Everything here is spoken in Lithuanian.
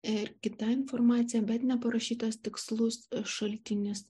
ir kita informacija bet neparašytas tikslus šaltinis